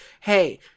hey